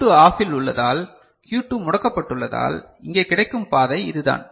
Q2 ஆபில் உள்ளதால் Q2 முடக்கப்பட்டுள்ளதால் இங்கே கிடைக்கும் பாதை இதுதான்